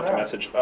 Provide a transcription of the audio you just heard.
message